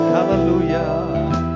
Hallelujah